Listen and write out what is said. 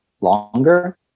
longer